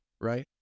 Right